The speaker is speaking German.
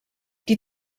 die